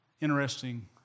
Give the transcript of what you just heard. interesting